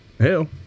Hell